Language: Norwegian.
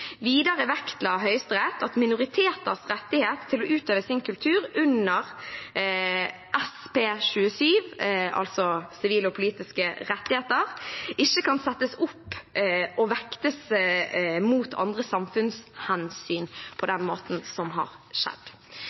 Videre vektla Høyesterett at minoriteters rettigheter til å utøve sin kultur under SP 27, altså sivile og politiske rettigheter, ikke kan settes opp og vektes mot andre samfunnshensyn på den måten som har skjedd.